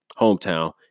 Hometown